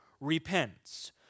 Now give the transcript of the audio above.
repents